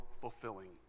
fulfilling